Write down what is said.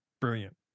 brilliant